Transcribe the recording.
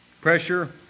Pressure